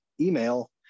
email